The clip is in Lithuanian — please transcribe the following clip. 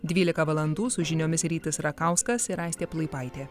dvylika valandų su žiniomis rytis rakauskas ir aistė plaipaitė